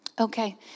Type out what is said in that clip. Okay